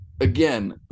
again –